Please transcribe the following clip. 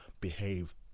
behave